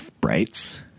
brights